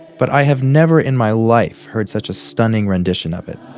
but i have never in my life heard such a stunning rendition of it.